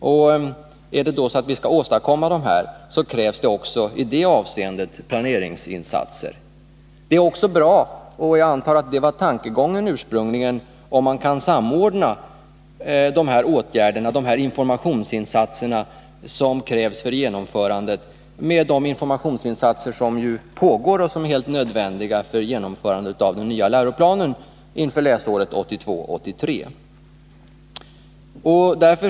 Om vi skall kunna åstadkomma detta krävs det också i det avseendet planeringsinsatser. Det är också bra — och jag antar att det ursprungligen var tankegången — om man kan samordna de informationsinsatser som krävs för genomförandet med de informationsinsatser som ju pågår och som är helt nödvändiga för genomförandet av den nya läroplanen inför läsåret 1982/ 83.